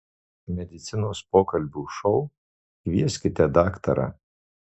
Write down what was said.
medicinos pokalbių šou kvieskite daktarą